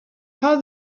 how